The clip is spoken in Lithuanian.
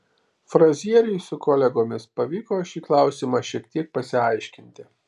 frazieriui su kolegomis pavyko šį klausimą šiek tiek pasiaiškinti